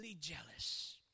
jealous